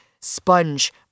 sponge